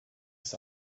this